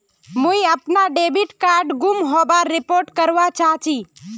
मुई अपना debit card गूम होबार रिपोर्ट करवा चहची